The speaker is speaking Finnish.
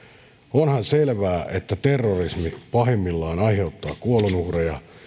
onhan selvää että terrorismi pahimmillaan aiheuttaa kuolonuhreja